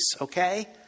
Okay